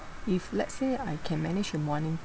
if let's say I can manage to monitor